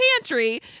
pantry